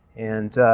and